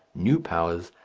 new powers,